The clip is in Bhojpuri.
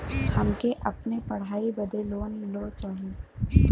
हमके अपने पढ़ाई बदे लोन लो चाही?